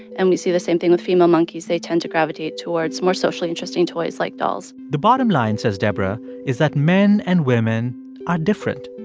and we see the same thing with female monkeys. they tend to gravitate towards more socially interesting toys like dolls the bottom line, says debra, is that men and women are different.